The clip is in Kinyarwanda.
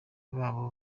nabo